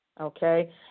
okay